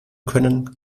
können